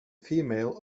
female